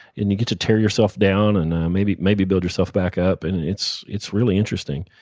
and you get to tear yourself down and maybe maybe build yourself back up, and it's it's really interesting.